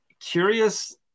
curious